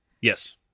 Yes